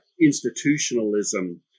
institutionalism